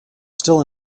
still